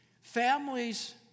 Families